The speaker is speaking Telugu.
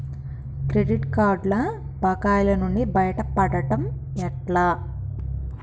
క్రెడిట్ కార్డుల బకాయిల నుండి బయటపడటం ఎట్లా?